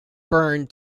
burned